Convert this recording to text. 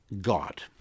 God